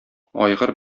айгыр